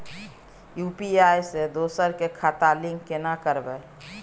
UPI से दोसर के खाता लिंक केना करबे?